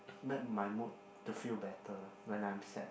make my mood to feel better lah when I am sad